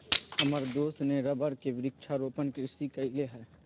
हमर दोस्त ने रबर के वृक्षारोपण कृषि कईले हई